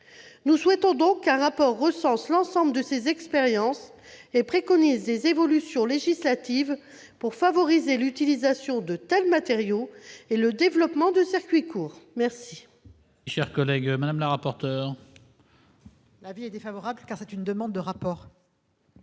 Nous souhaitons donc qu'un rapport recense l'ensemble de ces expériences et préconise les évolutions législatives pour favoriser l'utilisation de tels matériaux et le développement de circuits courts. Quel